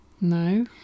No